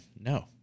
No